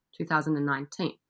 2019